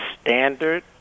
standard